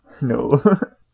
no